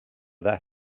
that